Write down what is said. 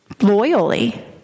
loyally